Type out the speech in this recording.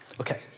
okay